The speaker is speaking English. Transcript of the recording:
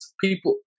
people